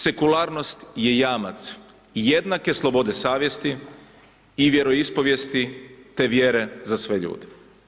Sekularnost je jamac jednake slobode savjesti i vjeroispovijesti te vjere za sve ljude.